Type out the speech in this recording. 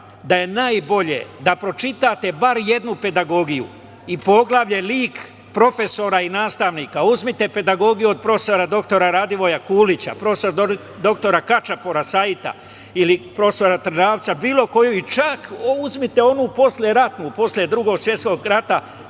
da je najbolje da pročitate bar jednu pedagogiju i poglavlje – lik profesora i nastavnika. Uzmite pedagogiju od prof. dr Radivoja Kulića, prof. dr Kačapora Saita ili prof. Trnavca, bilo koju, i čak uzmite onu posleratnu, posle Drugog svetskog rata,